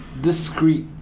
discreet